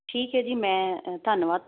ਠੀਕ ਹੈ ਜੀ ਮੈਂ ਧੰਨਵਾਦ